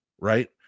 right